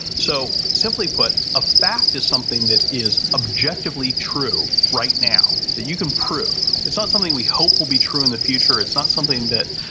so, simply put, a fact is something that is objective true right now that you can prove. it's not something we hope will be true in the future. it's not something that,